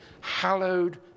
hallowed